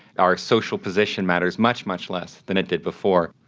our social position matters much, much less than it did before.